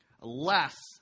Less